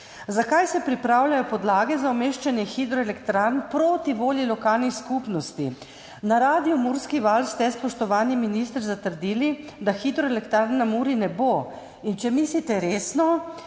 Zakaj se pripravljajo podlage za umeščanje hidroelektrarn proti volji lokalnih skupnosti? Na Radiu Murski val ste, spoštovani minister, zatrdili, da hidroelektrarn na Muri ne bo. In če mislite resno,